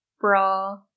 bra